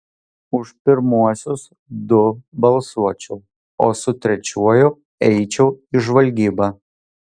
už pirmuosius du balsuočiau o su trečiuoju eičiau į žvalgybą